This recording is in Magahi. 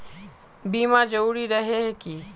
बीमा जरूरी रहे है की?